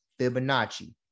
Fibonacci